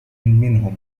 منهم